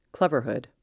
Cleverhood